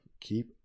Keep